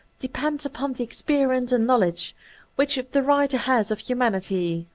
depends upon the experience and knowledge which the writer has of humanity,